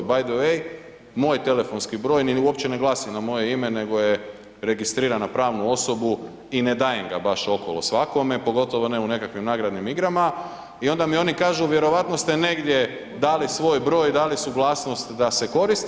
Bay the way, moj telefonski broj uopće ne glasi na moje ime nego je registriran na pravnu osobu i ne dajem ga baš okolo svakome pogotovo ne u nekakvim nagradnim igrama i onda mi oni kažu vjerojatno ste negdje dali svoj broj i dali suglasnost da se koristi.